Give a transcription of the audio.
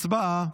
הצבעה.